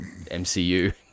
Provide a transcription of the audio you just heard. MCU